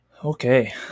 okay